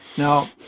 now,